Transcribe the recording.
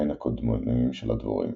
אבותיהן הקדמוניים של הדבורים.